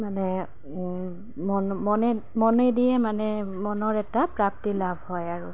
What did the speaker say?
মানে মন মনে মনেদিয়ে মানে মনৰ এটা প্ৰাপ্তি লাভ হয় আৰু